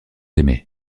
aimée